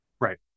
Right